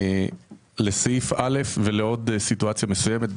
לסעיף (א) ולעוד סיטואציה מסוימת.